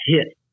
hit